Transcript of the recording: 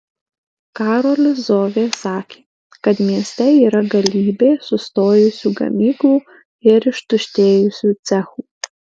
karolis zovė sakė kad mieste yra galybė sustojusių gamyklų ir ištuštėjusių cechų